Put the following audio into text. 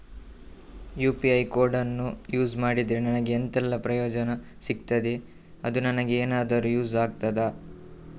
UPI ಕೋಡನ್ನು use ಮಾಡಿದ್ರೆ ನನಗೆ ಎಂಥೆಲ್ಲಾ ಪ್ರಯೋಜನ ಸಿಗ್ತದೆ, ಅದು ನನಗೆ ಎನಾದರೂ ಯೂಸ್ ಆಗ್ತದಾ?